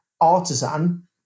artisan